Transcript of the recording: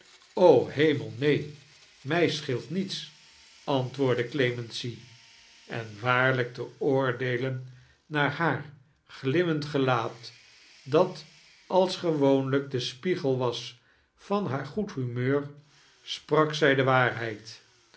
hemel neen mij scheelt niets antwoordde clemency en waarlijk te ooideelen naar haar gldmmend gelaat dat als geiwoonlqk de spiegel was van haar goed humeur sprak z de waarheid